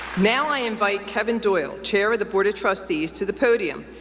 now, i invite kevin doyle, chair of the board of trustees, to the podium.